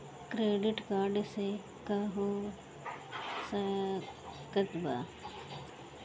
Credit card से का हो सकइत बा?